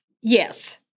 Yes